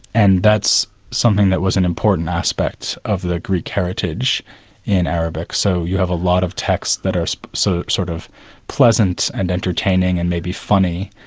and that's something that was an important aspect of the greek heritage in arabic. so you have a lot of texts that are so sort of pleasant and entertaining and maybe funny,